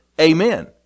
Amen